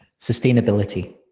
Sustainability